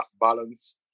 balance